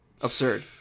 Absurd